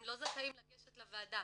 הם לא זכאים לגשת לוועדה.